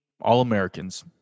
all-Americans